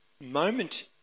moment